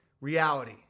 reality